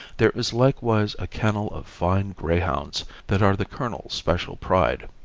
there is likewise a kennel of fine greyhounds that are the colonel's special pride.